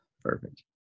perfect